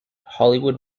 hollywood